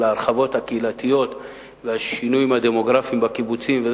של ההרחבות הקהילתיות והשינויים הדמוגרפיים בקיבוצים,